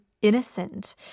Innocent